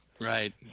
right